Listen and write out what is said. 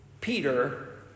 Peter